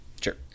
sure